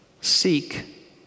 Seek